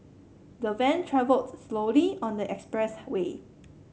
the van travelled slowly on the express way